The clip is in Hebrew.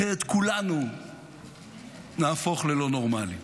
אחרת כולנו נהפוך לא נורמליים.